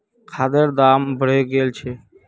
खादेर दाम बढ़े गेल छे